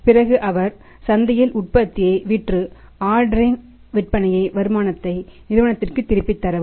பிறகு அவர் சந்தையில் உற்பத்தியை விற்று ஆர்டரின் விற்பனை வருமானத்தை நிறுவனத்திற்குத் திருப்பித் தரவும்